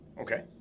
Okay